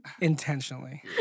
intentionally